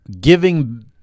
giving